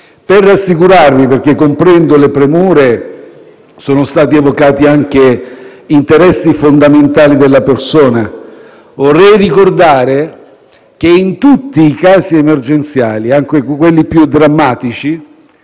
Per rassicurarvi - perché comprendo le premure e sono stati evocati anche interessi fondamentali della persona - vorrei ricordare che, in tutti i casi emergenziali (anche quelli più drammatici,